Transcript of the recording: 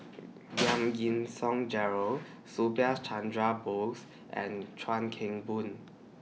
Giam Yean Song Gerald Subhas Chandra Bose and Chuan Keng Boon